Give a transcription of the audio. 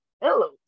Hello